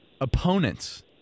opponents